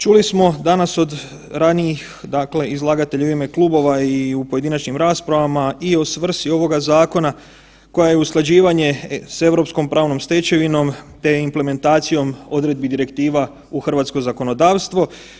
Čuli smo danas od ranijih, dakle izlagatelja i u ime klubova i u pojedinačnim raspravama i o svrsi ovoga zakona koja je usklađivanje s Europskom pravnom stečevinom, te implementacijom odredbi direktiva u hrvatsko zakonodavstvo.